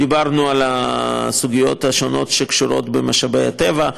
דיברנו על סוגיות שקשורות למשאבי הטבע,